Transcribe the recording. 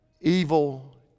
evil